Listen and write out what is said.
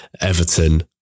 Everton